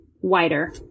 wider